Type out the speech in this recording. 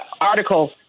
article